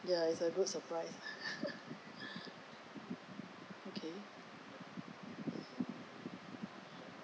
ya is a good surprise okay